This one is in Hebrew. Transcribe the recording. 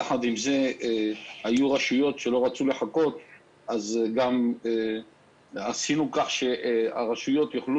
יחד עם זה היו רשויות שלא רצו לחכות אז עשינו כך שהרשויות יוכלו